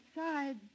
outside